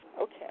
Okay